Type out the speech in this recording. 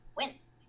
wins